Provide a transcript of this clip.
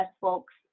folks